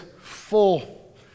full